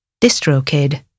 DistroKid